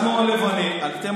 אל תחמיא לעצמך.